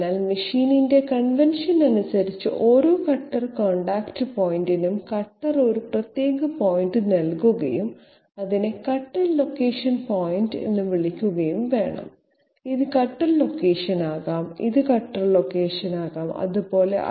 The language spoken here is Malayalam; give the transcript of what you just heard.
അതിനാൽ മെഷീന്റെ കൺവെൻഷൻ അനുസരിച്ച് ഓരോ കട്ടർ കോൺടാക്റ്റ് പോയിന്റിനും കട്ടറിൽ ഒരു പ്രത്യേക പോയിന്റ് നൽകുകയും അതിനെ കട്ടർ ലൊക്കേഷൻ പോയിന്റ് എന്ന് വിളിക്കുകയും വേണം ഇത് കട്ടർ ലൊക്കേഷൻ ആകാം ഇത് കട്ടർ ലൊക്കേഷൻ ആകാം അത് പോലെ